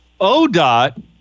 ODOT